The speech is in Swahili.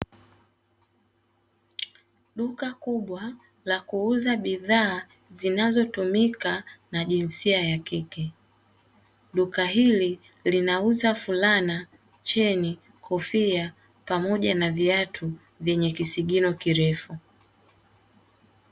Duka kubwa la kuuza bidhaa zinazotumika na jinsia ya kike. Duka hili linauza: fulana, cheni, kofia, pamoja na viatu vyenye kisigino kirefu.